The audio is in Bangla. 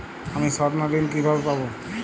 আমি স্বর্ণঋণ কিভাবে পাবো?